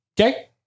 Okay